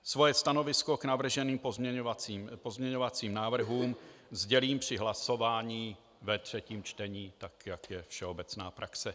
Svoje stanovisko k navrženým pozměňovacím návrhům sdělím při hlasování ve třetím čtení, tak jak je všeobecná praxe.